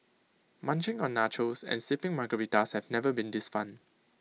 munching on nachos and sipping Margaritas have never been this fun